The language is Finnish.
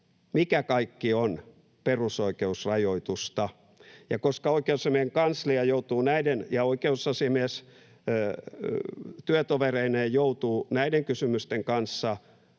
mikä kaikki on perusoikeusrajoitusta. Ja koska oikeusasiamiehen kanslia ja oikeusasiamies työtovereineen joutuu näiden kysymysten kanssa